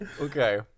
Okay